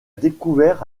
découvert